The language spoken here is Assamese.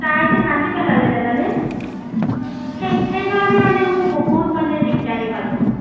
তাই যে কান্দি পেলালে জানানে সেই সেইকাৰণে মই মানে বহুত দিগদাৰি পালোঁ